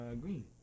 Green